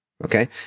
Okay